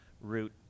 route